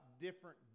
different